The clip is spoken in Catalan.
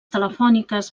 telefòniques